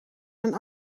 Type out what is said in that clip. een